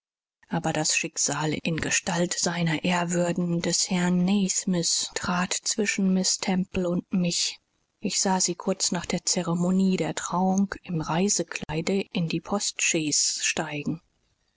aber das schicksal in gestalt sr ehrwürden des herrn nasmyth trat zwischen miß temple und mich ich sah sie kurz nach der ceremonie der trauung im reisekleide in die postchaise steigen